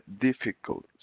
difficult